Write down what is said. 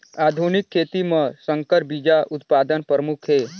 आधुनिक खेती म संकर बीज उत्पादन प्रमुख हे